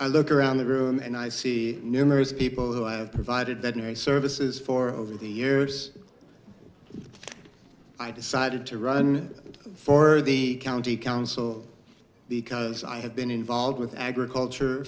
i look around the room and i see numerous people who i have provided that mary services for over the years i decided to run for the county council because i have been involved with agriculture